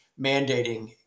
mandating